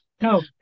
No